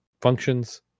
functions